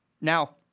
Now